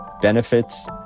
benefits